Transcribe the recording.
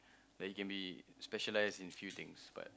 like you can be specialised in a few things but